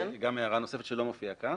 יש לי הערה נוספת שלא מופיעה כאן.